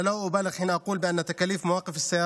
אני לא מגזים כשאני אומר שעלויות החניה